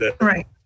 Right